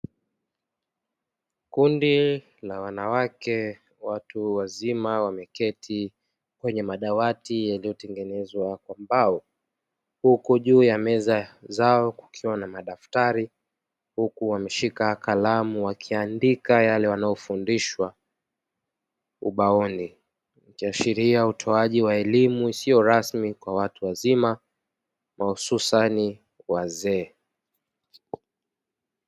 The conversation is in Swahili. Kundi la wanawake, na watu wazima wameketi kwenye madawati yaliyotengenezwa kwa mbao. Kiko kitabu juu ya meza zao kusoma au kufuatilia, wakiwa wameshika kalamu wakiandika yale wanayofundishwa ubaoni ikiashiria utoaji wa elimu isiyo rasmi kwa watu wazima hususani wazee.